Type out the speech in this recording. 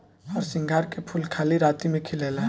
हरसिंगार के फूल खाली राती में खिलेला